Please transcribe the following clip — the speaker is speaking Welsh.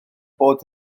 bod